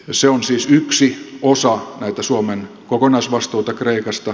se on siis yksi osa näitä suomen kokonaisvastuita kreikasta